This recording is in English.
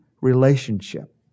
relationship